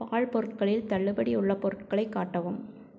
பால் பொருட்களில் தள்ளுபடி உள்ள பொருட்களை காட்டவும்